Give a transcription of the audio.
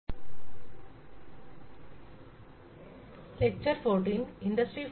ಈ ಲೆಕ್ಚರ್ ನಲ್ಲಿ ನಾವು ಇಂಡಸ್ಟ್ರಿ 4